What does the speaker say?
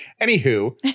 Anywho